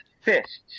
fists